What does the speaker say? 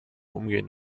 umgehend